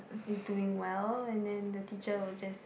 is doing well and then the teacher will just